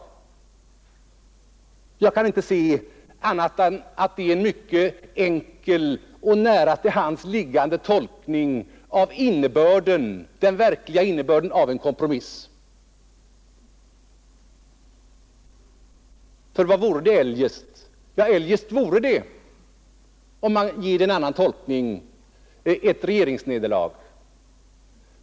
Jag kan inte se annat än att detta är en mycket enkel och nära till hands liggande tolkning av den verkliga innebörden av en kompromiss. Ty vad vore det eljest fråga om? Ja, om man ger förslaget en annan tolkning, så skulle det vara ett regeringsnederlag.